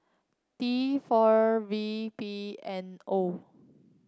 T four V P N O